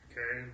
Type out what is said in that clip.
Okay